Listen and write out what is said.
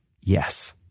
Yes